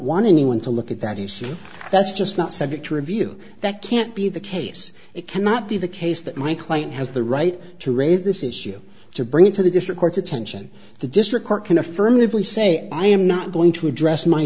want anyone to look at that he says that's just not subject to review that can't be the case it cannot be the case that my client has the right to raise this issue to bring it to the district court's attention the district court can affirmatively say i am not going to address my